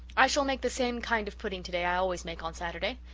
i shall make the same kind of pudding today i always make on saturday.